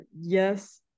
Yes